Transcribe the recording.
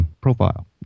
profile